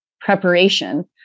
preparation